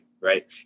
right